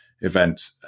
event